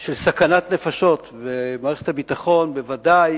של סכנת נפשות, ומערכת הביטחון בוודאי